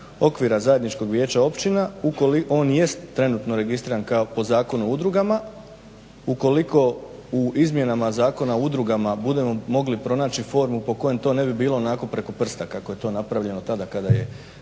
okvira zajedničkog vijeća općina, ukoliko on jest trenutno registriran kao po Zakonu o udrugama, ukoliko u izmjenama Zakona o udrugama budemo mogli pronaći formu po kojem to ne bi bilo onako preko prsta onako kako je to napravljeno kada je